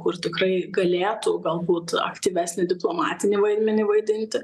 kur tikrai galėtų galbūt aktyvesnį diplomatinį vaidmenį vaidinti